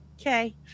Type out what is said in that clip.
okay